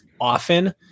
often